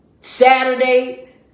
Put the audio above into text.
Saturday